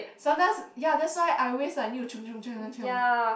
sometimes ya that's why I always like need to chiong chiong chiong chiong